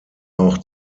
auch